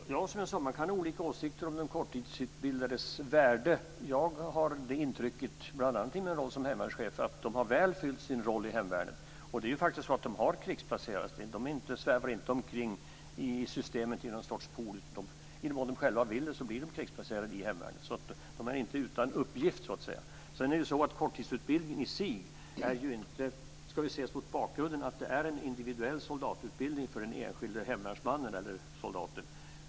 Fru talman! Man kan, som jag sade, ha olika åsikter om de korttidsutbildades värde. Jag har det intrycket bl.a. från tiden som hemvärnschef, att de mycket väl har fyllt sin roll i hemvärnet. De svävar inte omkring i systemet i något slags pool, utan i den mån de själva vill det blir de krigsplacerade i hemvärnet. De är alltså inte utan uppgifter. Korttidsutbildningen får vidare i sig ses mot bakgrund av att den är en individuell soldatutbildning för den enskilde hemvärnsmannen eller soldaten.